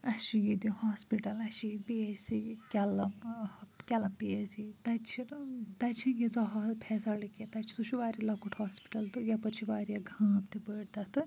اسہِ چھِ ییٚتہِ ہاسپِٹل اسہِ چھِ ییٚتہِ پی ایٚچ سی کیٚلَم ٲں کیٚلَم پی ایٚچ سی تَتہِ چھِنہٕ تَتہِ چھِنہٕ ییٖژاہ ہا فیسَلٹی کیٚنٛہہ تَتہِ چھُ سُہ چھُ واریاہ لۄکُٹ ہاسپِٹَل تہٕ یَپٲرۍ چھِ واریاہ گام تہِ بٔڑۍ تَتھ تہٕ